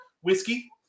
whiskey